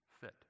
fit